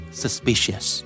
suspicious